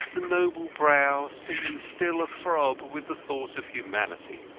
the noble brow, seeming still a-throb with the thought of humanity.